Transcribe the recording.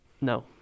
No